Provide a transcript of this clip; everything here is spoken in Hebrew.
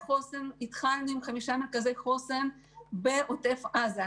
התחלנו עם חמישה מרכזי חוסן בעוטף עזה.